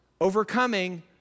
overcoming